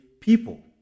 people